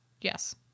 yes